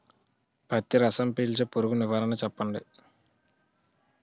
పత్తి రసం పీల్చే పురుగు నివారణ చెప్పండి?